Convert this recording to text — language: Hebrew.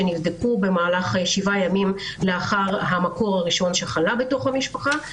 שנבדקו במהלך שבעה ימים לאחר המקור הראשון שחלה בתוך המשפחה.